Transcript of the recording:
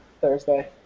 Thursday